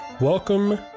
Welcome